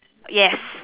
yes